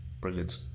Brilliant